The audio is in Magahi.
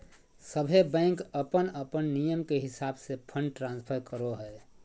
सभे बैंक अपन अपन नियम के हिसाब से फंड ट्रांस्फर करो हय